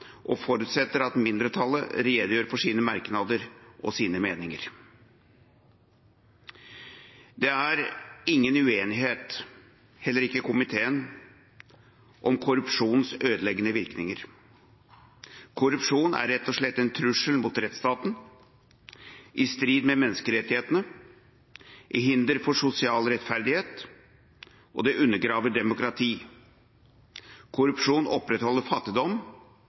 og forutsetter at mindretallet redegjør for sine merknader og sine meninger. Det er ingen uenighet, heller ikke i komiteen, om korrupsjonens ødeleggende virkninger. Korrupsjon er rett og slett en trussel mot rettsstaten, i strid med menneskerettighetene, et hinder for sosial rettferdighet, og det undergraver demokrati. Korrupsjon opprettholder fattigdom